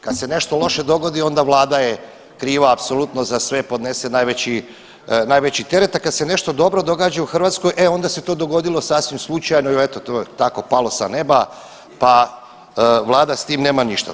Kad se nešto loše dogodi onda vlada je kriva apsolutno za sve podnese najveći, najveći teret, a kad se nešto dobro događa u Hrvatskoj e onda se to dogodilo sasvim slučajno i eto tako palo sa neba pa vlada s tim nema ništa.